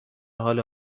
حال